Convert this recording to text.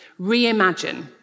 reimagine